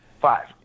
Five